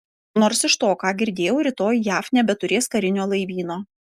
nors iš to ką girdėjau rytoj jav nebeturės karinio laivyno